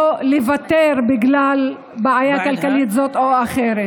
לוותר בגלל בעיה כלכלית זו או אחרת.